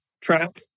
trap